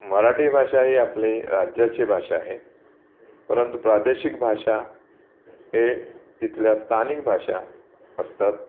मराठी भाषा ही आपली राज्याची भाषा आहे परंतु प्रादेशिक भाषा हे तिथल्या स्थानिक भाषा असतात